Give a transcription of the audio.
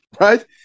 Right